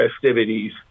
festivities